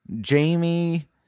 Jamie